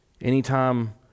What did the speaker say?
anytime